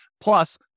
Plus